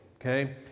okay